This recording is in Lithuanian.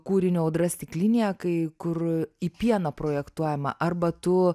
kūrinio audra stiklinėje kai kur į pieną projektuojama arba tu